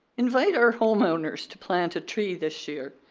invite our homeowners to plant a tree this year,